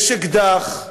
יש אקדח,